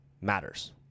matters